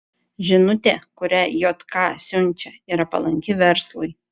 žinutė kurią jk siunčia yra palanki verslui